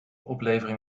oplevering